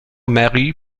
mary